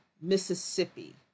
Mississippi